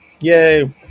Yay